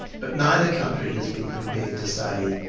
but neither country has been prepared to say,